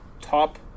top